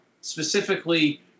specifically